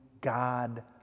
God